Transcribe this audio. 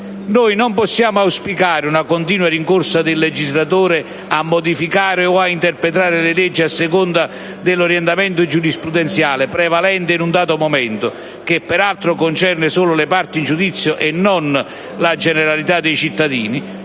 Noi non possiamo auspicare una continua rincorsa del legislatore a modificare o interpretare le leggi a seconda dell'orientamento giurisprudenziale prevalente in un dato momento (che peraltro concerne solo le parti in giudizio e non la generalità dei cittadini)